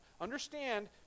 Understand